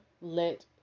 let